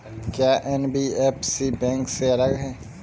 क्या NBFC bank से अलग है?